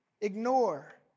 ignore